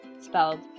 spelled